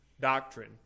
doctrine